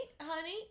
honey